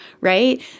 Right